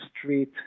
street